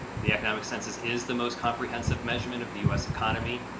the economic census is the most comprehensive measurement of the u s. economy.